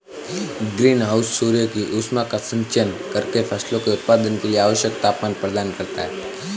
green house सूर्य की ऊष्मा का संचयन करके फसलों के उत्पादन के लिए आवश्यक तापमान प्रदान करता है